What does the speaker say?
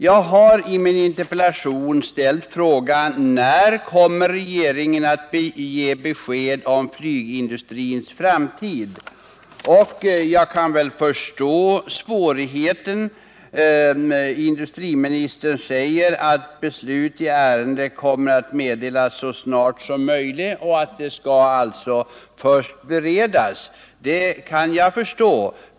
Jag har i min interpellation ställt frågan: När kommer regeringen att ge besked om flygindustrins framtid? Jag kan väl förstå svårigheterna. Industriministern säger att beslut i ärendet kommer att meddelas så snart som möjligt — ärendet skall alltså först beredas. Det kan jag förstå.